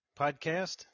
podcast